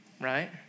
right